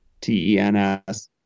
T-E-N-S